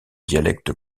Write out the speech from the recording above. dialecte